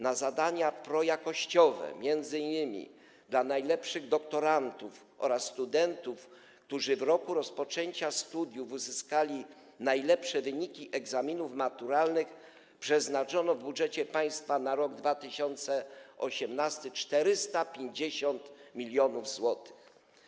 Na zadania projakościowe, m.in. dla najlepszych doktorantów oraz studentów, którzy w roku rozpoczęcia studiów uzyskali najlepsze wyniki egzaminów maturalnych, przeznaczono w budżecie państwa na 2018 r. 450 mln zł.